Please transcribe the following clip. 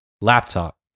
laptop